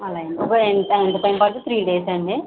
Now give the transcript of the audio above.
అలాగే అండి బాబోయ్ ఎంత ఎంత టైం పడుతుంది త్రీ డేస్ అండి